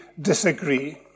disagree